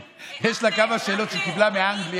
יש לה כמה שאלות שהיא קיבלה מאנגליה,